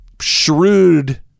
shrewd